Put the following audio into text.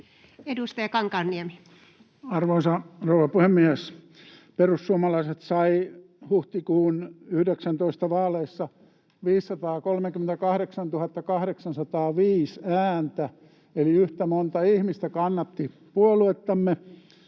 18:10 Content: Arvoisa rouva puhemies! Perussuomalaiset saivat huhtikuun 2019 vaaleissa 538 805 ääntä, eli yhtä monta ihmistä kannatti puoluettamme